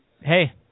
Hey